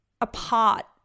apart